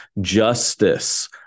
justice